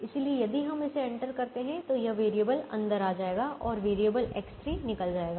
इसलिए यदि हम इसे एंटर करते हैं तो यह वेरिएबल अंदर आ जाएगा और वेरिएबल X3 निकल जाएगा